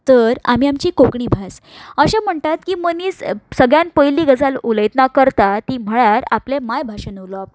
तर आमी आमची कोंकणी भास अशें म्हणटात की तो मनीस सगल्यांत पयली गजाल उलयतना करता ती म्हणल्यार आपले मायभाशेंतल्यान उलोवप